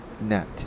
Net